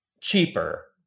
cheaper